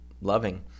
loving